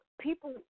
people